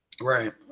Right